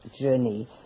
journey